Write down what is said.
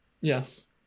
yes